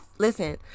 Listen